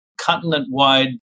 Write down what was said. continent-wide